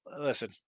Listen